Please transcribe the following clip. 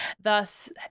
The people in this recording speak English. Thus